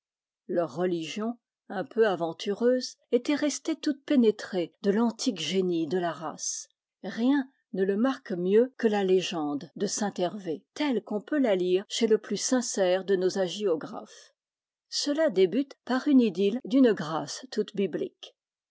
leur religion un peu aventureuse était restée toute péné trée de l'antique génie de la race rien ne le marque mieux que la légende de saint hervé telle qu'on peut la lire chez le plus sincère de nos hagiographes gela débute par une idylle d'une grâce toute biblique